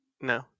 no